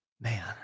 Man